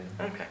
Okay